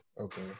Okay